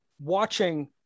watching